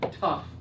tough